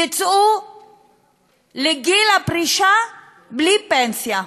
הן יצאו לפרישה בלי פנסיה?